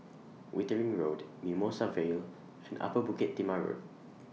Wittering Road Mimosa Vale and Upper Bukit Timah Road